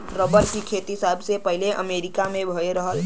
rubber क खेती सबसे पहिले अमरीका में भयल रहल